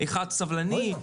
אחד סבלני,